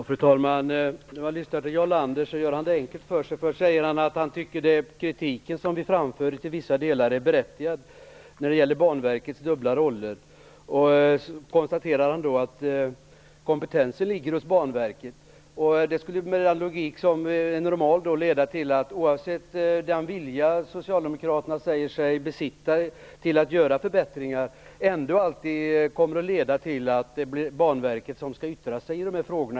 Fru talman! Jarl Lander gör det enkelt för sig. Han säger först att den kritik mot Banverkets dubbla roller som vi framför är till vissa delar berättigad. Sedan konstaterar han att kompetensen finns hos Banverket. Enligt normal logik skulle detta leda till att det oavsett vilken vilja socialdemokraterna än säger sig ha att göra förbättringar blir det alltid Banverket som skall yttra sig i dessa frågor.